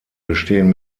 bestehen